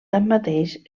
tanmateix